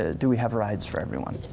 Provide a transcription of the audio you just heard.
ah do we have rides for everyone,